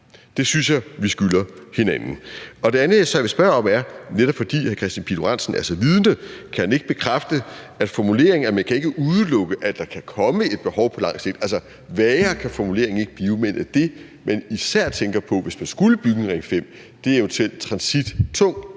Det synes jeg vi skylder hinanden. Det andet, jeg så vil spørge om, er – netop fordi hr. Kristian Pihl Lorentzen er så vidende – om han kan bekræfte, at formuleringen om, at man ikke kan udelukke, at der kan komme et behov på lang sigt, er så vag, som den kan blive, og at det, der især tænkes på, hvis der skulle bygges en Ring 5, er tung transittransport